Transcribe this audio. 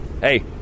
Hey